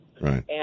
Right